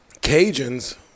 Cajuns